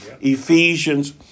Ephesians